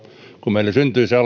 kun meillä syntyy se